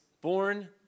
born